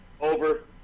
Over